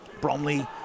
Bromley